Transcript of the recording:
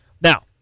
Now